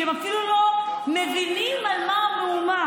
שהם אפילו לא מבינים על מה המהומה.